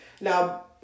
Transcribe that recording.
Now